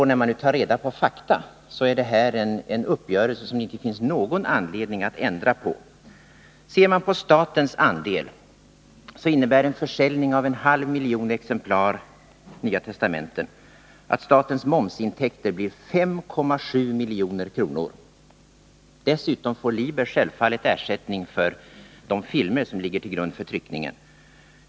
När man nu tar reda på fakta, är det här såvitt jag förstår en uppgörelse som det inte finns någon anledning att ändra på. Ser man på statens andel. finner man att en försäljning av Nya testamentet på en halv miljon exemplar innebär att statens momsintäkter blir 5,7 milj.kr. Dessutom får Liber självfallet ersättning för de filmer som ligger till grund för tryckningen.